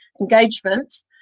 engagement